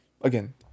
again